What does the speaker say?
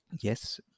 yes